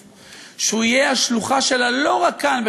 כלשהו שהוא יהיה השלוחה שלה לא רק כאן,